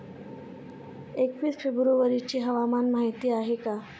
एकवीस फेब्रुवारीची हवामान माहिती आहे का?